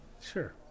Sure